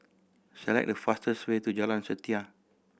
select the fastest way to Jalan Setia